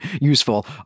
useful